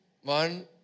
one